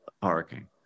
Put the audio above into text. parking